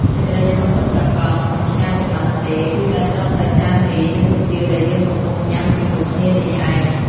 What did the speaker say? សេចក្តីសុខពិតប្រាកដមិនឆ្ងាយប៉ុន្មានទេ គឺនៅត្រឹមតែចានមី និងគុយទាវដែលយើងកំពុងញ៉ាំជាមួយគ្នានេះឯង។